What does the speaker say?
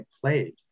played